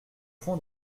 fond